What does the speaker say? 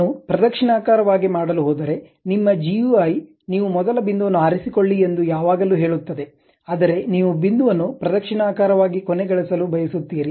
ನಾನು ಪ್ರದಕ್ಷಿಣಾಕಾರವಾಗಿ ಮಾಡಲು ಹೋದರೆ ನಿಮ್ಮ GUI ನೀವು ಮೊದಲ ಬಿಂದುವನ್ನು ಆರಿಸಿಕೊಳ್ಳಿ ಎಂದು ಯಾವಾಗಲೂ ಹೇಳುತ್ತದೆ ಆದರೆ ನೀವು ಬಿಂದುವನ್ನು ಪ್ರದಕ್ಷಿಣಾಕಾರವಾಗಿ ಕೊನೆಗೊಳಿಸಲು ಬಯಸುತ್ತೀರಿ